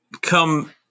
come